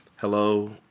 Hello